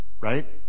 Right